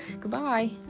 Goodbye